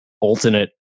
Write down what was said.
alternate